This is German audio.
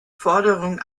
forderungen